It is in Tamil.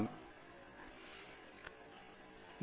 இந்த விரிவுரை திட்டமிடப்பட்டுள்ளது